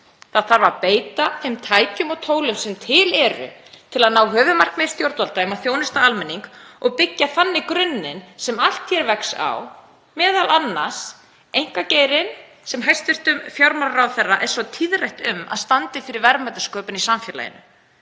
Það þarf að beita þeim tækjum og tólum sem til eru til að ná höfuðmarkmiði stjórnvalda um að þjónusta almenning og byggja þannig grunninn sem allt vex á, m.a. einkageirinn sem hæstv. fjármálaráðherra verður svo tíðrætt um að standi fyrir verðmætasköpun í samfélaginu.